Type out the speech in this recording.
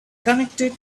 connected